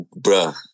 Bruh